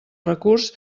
recurs